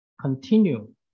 continue